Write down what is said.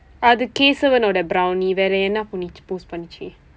அது:athu kaesavan-udaiya brownie வேற என்ன பண்ணுச்சு:veera enna pannuchsu post பண்ணுச்சு:pannuchsu